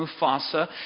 Mufasa